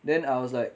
then I was like